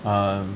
um